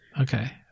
Okay